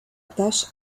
tâche